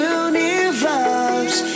universe